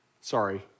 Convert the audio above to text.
Sorry